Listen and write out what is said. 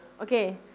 Okay